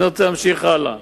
אני רוצה להמשיך הלאה,